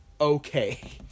okay